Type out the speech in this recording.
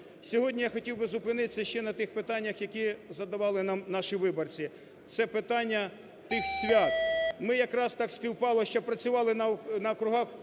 Сьогодні я хотів би зупинитися ще на тих питаннях, які задавали нам наші виборці, це питання тих свят. Ми якраз так співпало, що працювали на округах